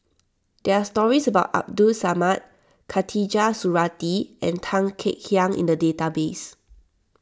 there are stories about Abdul Samad Khatijah Surattee and Tan Kek Hiang in the database